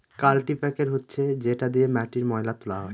কাল্টিপ্যাকের হচ্ছে যেটা দিয়ে মাটির ময়লা তোলা হয়